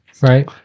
right